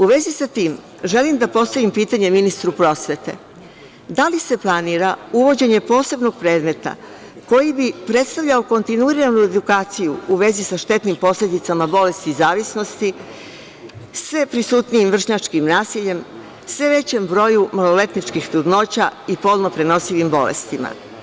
U vezi sa tim, želim da postavim pitanje ministru prosvete - da li se planira uvođenje posebnog predmeta koji bi predstavljao kontinuiranu edukaciju u vezi sa štetnim posledicama bolesti zavisnosti, sve prisutnijim vršnjačkim nasiljem, sve većem broju maloletničkih trudnoća i polno prenosivim bolestima?